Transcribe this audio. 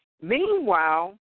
Meanwhile